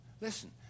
Listen